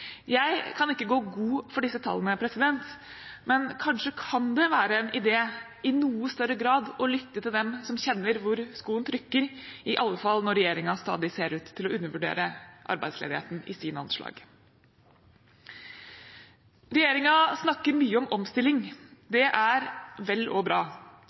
Jeg kan ikke gå god for disse tallene, men kanskje kan det være en idé i noe større grad å lytte til dem som kjenner hvor skoen trykker, i alle fall når regjeringen i sine anslag stadig ser ut til å undervurdere arbeidsledigheten. Regjeringen snakker mye om omstilling. Det er vel og bra.